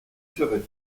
serais